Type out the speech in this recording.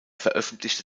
veröffentlichte